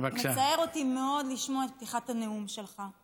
מצער אותי מאוד לשמוע את פתיחת הנאום שלך.